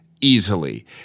easily